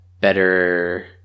Better